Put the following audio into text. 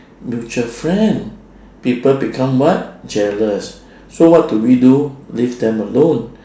mutual friend people become what jealous so what do we do leave them alone